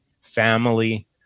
family